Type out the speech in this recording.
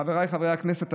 חבריי חברי הכנסת,